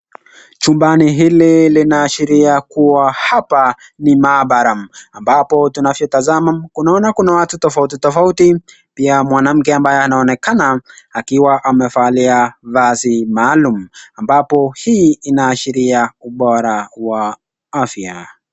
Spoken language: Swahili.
Chumbani hili linaashiria kua hapa ni maabara, ambapo tunavyotazama, tunaona kuna watu tofauti tofauti, pia mwanamke ambaye anaonekana akiwa amevalia vazi maalum. Ambapo, hii inaashiria ubora wa afya.